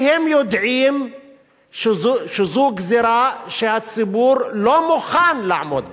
הם יודעים שזו גזירה שהציבור לא מוכן לעמוד בה.